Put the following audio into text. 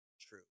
true